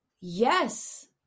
yes